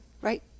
right